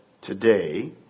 today